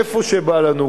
איפה שבא לנו,